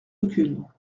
aucune